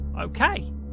okay